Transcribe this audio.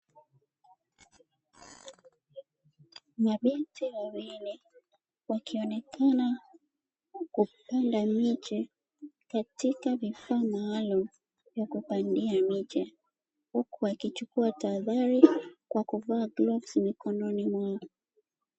Mabinti wawili wakionekana kupanda miche katika vifaa maalumu vya kupandia miche, huku wakichukua tahadhari kwa kuvaa glavu mikononi mwao.